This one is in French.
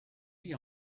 vit